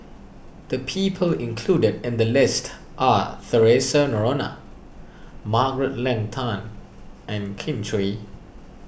the people included in the list are theresa Noronha Margaret Leng Tan and Kin Chui